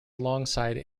alongside